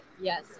Yes